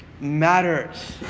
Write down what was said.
matters